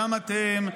גם אתם,